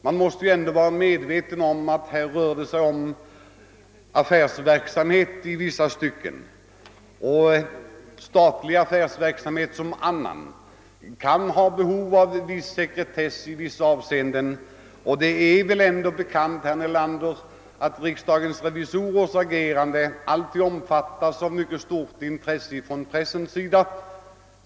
Man måste väl ändå ha klart för sig att det här i vissa stycken rör sig om affärsverksamhet och att statlig affärsverksamhet liksom privat sådan kan ha behov av sekretess i vissa avseenden. Det är väl ändå, herr Nelander, bekant att riksdagens revisorers agerande alltid omfattas med mycket stort intresse från pressens sida.